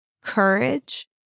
courage